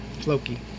Floki